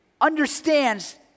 understands